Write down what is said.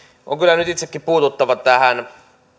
on kyllä nyt itsekin puututtava tähän